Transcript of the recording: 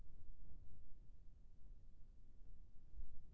गरवा के दूध बढ़ाये बर का खवाए बर हे?